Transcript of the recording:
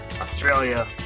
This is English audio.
Australia